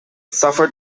suffered